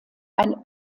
ein